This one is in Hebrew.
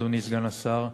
אדוני סגן השר,